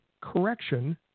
Correction